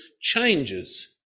changes